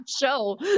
show